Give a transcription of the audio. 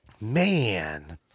man